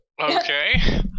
okay